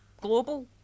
Global